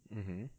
mmhmm